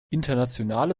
internationale